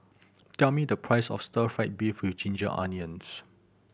tell me the price of Stir Fry beef with ginger onions